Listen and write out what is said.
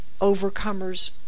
overcomers